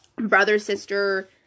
brother-sister